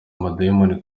amadayimoni